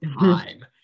time